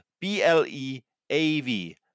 B-L-E-A-V